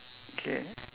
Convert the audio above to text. K